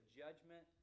judgment